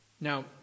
Now